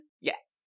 Yes